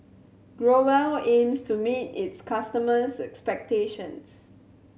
Growell aims to meet its customers expectations